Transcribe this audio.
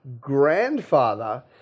grandfather